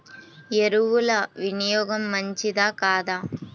ఎరువుల వినియోగం మంచిదా కాదా?